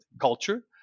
culture